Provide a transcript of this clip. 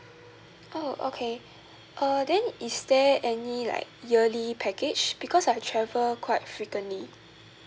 oh okay err then is there any like yearly package because I travel quite frequently